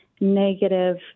negative